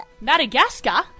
Madagascar